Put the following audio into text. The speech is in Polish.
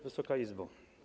Wysoka Izbo!